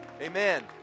Amen